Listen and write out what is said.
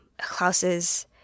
Klaus's